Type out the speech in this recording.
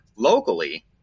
Locally